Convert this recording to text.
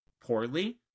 poorly